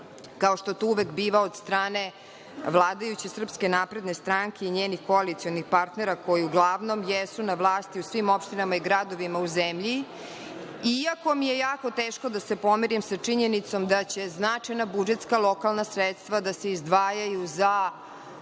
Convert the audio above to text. kao što to uvek biva od strane vladajuće Srpske napredne stranke i njenih koalicionih partnera, koji uglavnom jesu na vlasti u svim opštinama i gradovima u zemlji, iako mi je jako teško da se pomirim sa činjenicom da će značajna budžetska lokalna sredstva da se izdvajaju za